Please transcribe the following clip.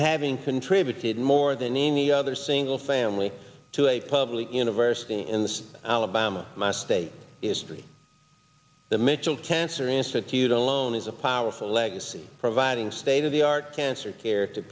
having contributed more than any other single family to a public university in the alabama my state is three dimensional cancer institute alone is a powerful legacy providing state of the art cancer care to